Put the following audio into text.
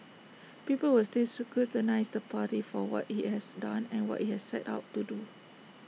people will still scrutinise the party for what IT has done and what IT has set out to do